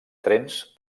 trens